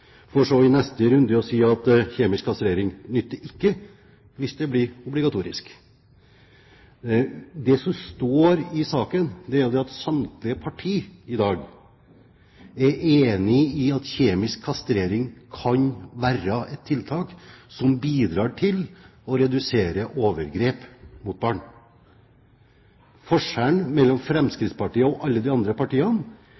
for så i neste runde si at kjemisk kastrering nytter ikke hvis det blir obligatorisk. Det som står i innstillingen, er at samtlige partier i dag er enig i at kjemisk kastrering kan være et tiltak som bidrar til å redusere overgrep mot barn. Forskjellen mellom